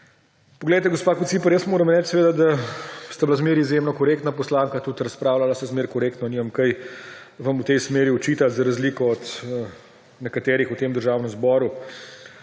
arašida. Gospa Kociper, jaz moram reči, da ste bili vedno izjemno korektna poslanka, tudi razpravljali ste vedno korektno, nimam kaj v tej smeri očitati za razliko od nekaterih v tem državnem zboru.